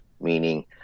meaning